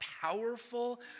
powerful